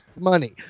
money